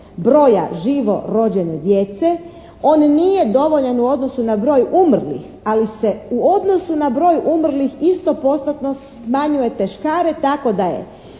broja živorođene djece, on nije dovoljan u odnosu na broj umrlih, ali se u odnosu na broj umrlih istopostotno smanjuje teškare tako da je